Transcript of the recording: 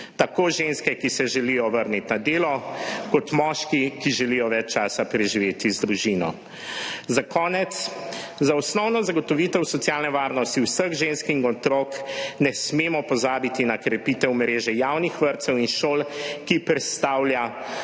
tako ženske, ki se želijo vrniti na delo, kot moški, ki želijo več časa preživeti z družino. Za konec. Za osnovno zagotovitev socialne varnosti vseh žensk in otrok ne smemo pozabiti na krepitev mreže javnih vrtcev in šol, ki predstavlja